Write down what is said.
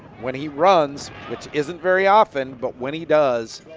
when he runs, which isn't very often, but when he does,